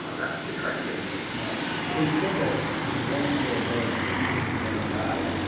ah that's what they tried to do so you said that, in one year alone eighteen men died,